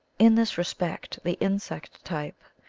in this respect the in sect type,